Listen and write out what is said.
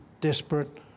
desperate